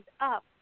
up